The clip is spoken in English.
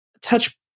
touch